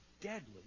deadly